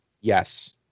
Yes